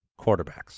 quarterbacks